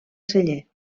celler